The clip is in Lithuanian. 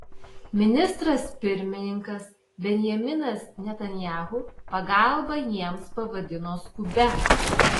ministras pirmininkas benjaminas netanyahu pagalbą jiems pavadino skubia